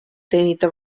teenida